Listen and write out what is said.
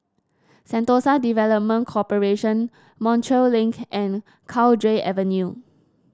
Sentosa Development Corporation Montreal Link and Cowdray Avenue